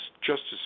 Justice